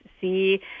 see